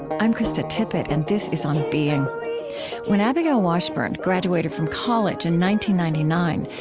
i'm krista tippett, and this is on being when abigail washburn graduated from college and ninety ninety nine,